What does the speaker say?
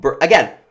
again